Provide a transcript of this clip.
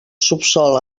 subsòl